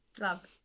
Love